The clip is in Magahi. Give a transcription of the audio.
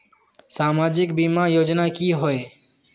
सामाजिक बीमा योजना की होय?